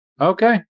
Okay